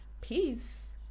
Peace